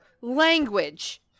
language